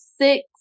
six